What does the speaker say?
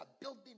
building